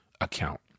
account